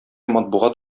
матбугат